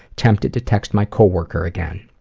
tempted to text my coworker again.